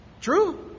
True